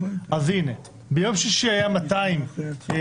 אז ביום שישי היו 243,